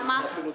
למה?